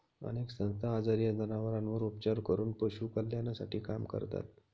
अनेक संस्था आजारी जनावरांवर उपचार करून पशु कल्याणासाठी काम करतात